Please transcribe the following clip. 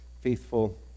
faithful